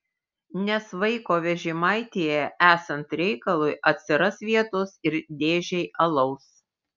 nes vaiko vežimaityje esant reikalui atsiras vietos ir dėžei alaus